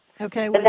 Okay